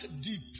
deep